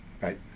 Right